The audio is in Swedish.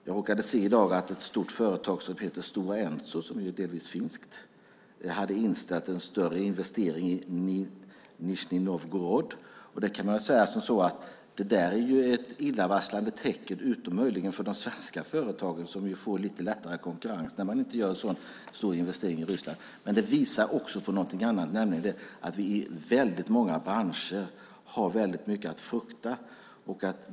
Jag råkade se i dag att ett stort företag som heter Stora Enso, delvis finskt, har inställt en större investering i Nizjnij Novgorod. Det är ett illavarslande tecken utom möjligen för de svenska företagen, som får det lite lättare i konkurrensen när man inte gör en så stor investering i Ryssland. Men det här visar också på något annat, nämligen att vi i många branscher har mycket att frukta.